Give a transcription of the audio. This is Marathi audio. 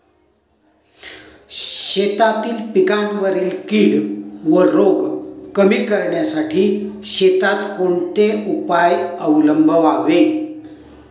शेतातील पिकांवरील कीड व रोग कमी करण्यासाठी शेतात कोणते उपाय अवलंबावे?